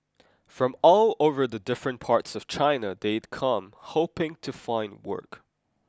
from all over the different parts of China they'd come hoping to find work